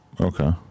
Okay